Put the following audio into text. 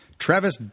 Travis